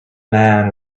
man